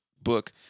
book